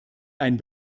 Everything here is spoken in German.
ein